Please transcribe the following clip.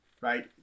right